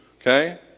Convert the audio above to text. Okay